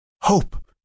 Hope